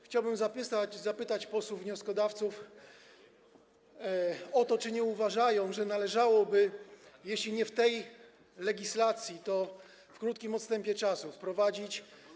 Chciałbym zapytać posłów wnioskodawców o to, czy nie uważają, że należałoby, jeśli nie w tej legislacji, to w krótkim odstępie czasu, wprowadzić.